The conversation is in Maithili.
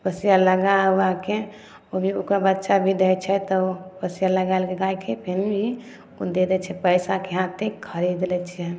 पोसिया लगा उगाके ओ भी ओकर बच्चा भी दै छै तऽ ओ पोसिया लागल गायके फिर भी दे दै छै पैसा की हँ एत्ते की खरीद लै छियै हम